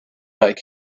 make